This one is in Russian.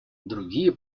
другие